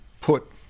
put